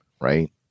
right